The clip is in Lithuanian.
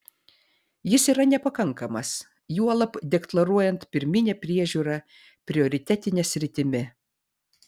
jis yra nepakankamas juolab deklaruojant pirminę priežiūrą prioritetine sritimi